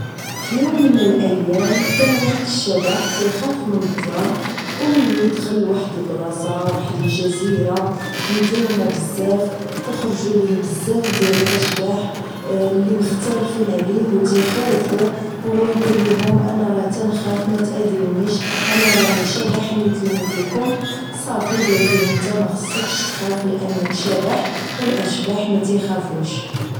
في يوم من الأيام كان واحد الشبح يخاف من الظلام وملي دخل لواحد البلاصة وواحد الجزيره مظلمة بزاف وخرجو ليه بزاف ديال الاشباح اللي مختالفين عليه وتخوفه وهو يقول ليهم انا راه نخاف ما تاذيني انا راني شبح مثلي مثلكم صافي وقالو ليه انت ما خصك تخاف لانك شبح والاشباح ما تخافوش